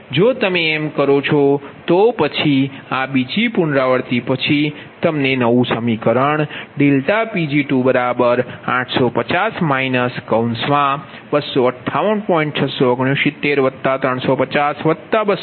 જો તમે એમ કરો છો તો પછી આ બીજી પુનરાવૃત્તિ પછી તમને આ નવુ સમીકરણ Pg850 258